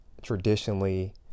traditionally